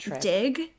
dig